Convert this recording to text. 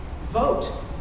vote